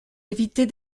éviter